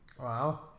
wow